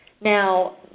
Now